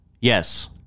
Yes